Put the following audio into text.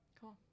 Cool